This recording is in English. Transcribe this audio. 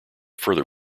further